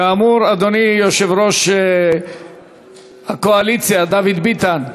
כאמור, אדוני יושב-ראש הקואליציה דוד ביטן,